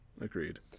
Agreed